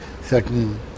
certain